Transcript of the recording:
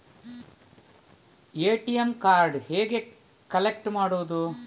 ATM ಕಾರ್ಡನ್ನು ಹೇಗೆ collect ಮಾಡುವುದು?